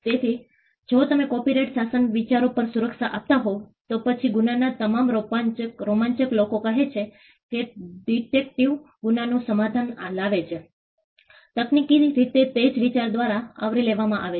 તેથી જો તમે કોપિરાઇટ શાસન વિચારો પર સુરક્ષા આપતા હોત તો પછી ગુનાના તમામ રોમાંચક લોકો કહે છે કે ડિટેક્ટીવ ગુનાનું સમાધાન લાવે છે તકનીકી રીતે તે જ વિચાર દ્વારા આવરી લેવામાં આવી શકે છે